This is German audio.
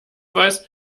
weiß